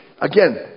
again